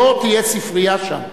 לא תהיה ספרייה שם,